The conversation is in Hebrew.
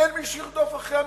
אין מי שירדוף אחרי המחבלים.